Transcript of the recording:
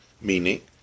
meaning